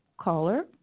caller